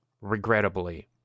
regrettably